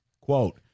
Quote